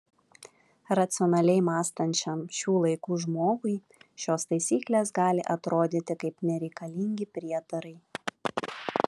racionaliai mąstančiam šių laikų žmogui šios taisyklės gali atrodyti kaip nereikalingi prietarai